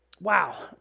wow